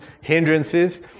hindrances